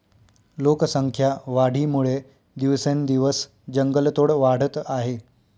लोकसंख्या वाढीमुळे दिवसेंदिवस जंगलतोड वाढत आहे